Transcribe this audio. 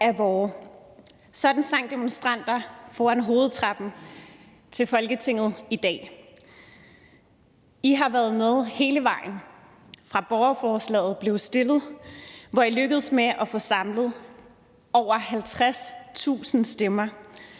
er vor – sådan sang demonstranter foran hovedtrappen til Folketinget i dag. I har været med hele vejen, fra borgerforslaget blev stillet, hvor I lykkedes med at få samlet over 50.000 stemmer.